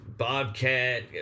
Bobcat